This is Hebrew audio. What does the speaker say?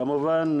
כמובן,